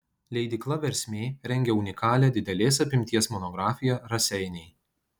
leidykla versmė rengia unikalią didelės apimties monografiją raseiniai